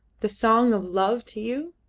the song of love to you!